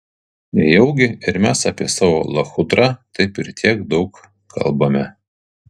nejaugi ir mes apie savo lachudrą taip ir tiek daug kalbame